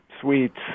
sweets